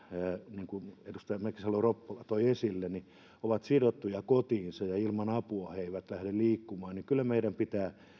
niin kuin edustaja mäkisalo ropponen toi esille sidottuja kotiinsa ja ilman apua eivät lähde liikkumaan kyllä meidän pitää